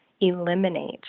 eliminate